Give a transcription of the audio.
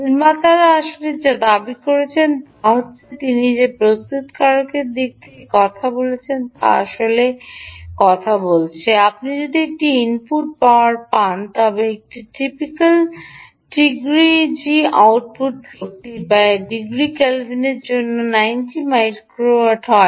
নির্মাতারা আসলে যা দাবি করছেন তা হল তিনি যে প্রস্তুতকারকের দিক থেকে কথা বলছেন তা আসলে বলছে আপনি যদি একটি আউটপুট পাওয়ার পান তবে একটি টিপিকাল টিইজির আউটপুট শক্তি প্রায় ডিগ্রি কেলভিনের জন্য 90 মাইক্রোওয়াট হয়